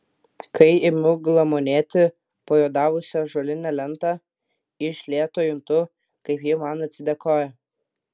kai imu glamonėti pajuodavusią ąžuolinę lentą iš lėto juntu kaip ji man atsidėkoja